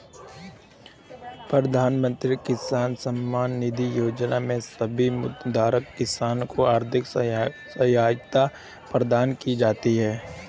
प्रधानमंत्री किसान सम्मान निधि योजना में सभी भूधारक किसान को आर्थिक सहायता प्रदान की जाती है